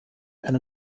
and